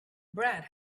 brad